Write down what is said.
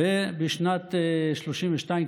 ובשנת 1932,